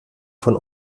von